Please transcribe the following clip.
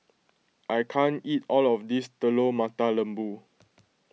I can't eat all of this Telur Mata Lembu